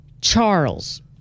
Charles